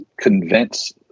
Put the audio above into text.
convince